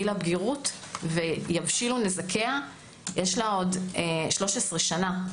הבגירות ויבשילו נזקיה - יש לה עוד 13 שנה.